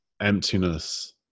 emptiness